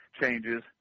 changes